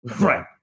Right